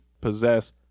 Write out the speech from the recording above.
possess